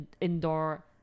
indoor